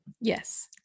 Yes